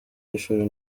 y’ishuri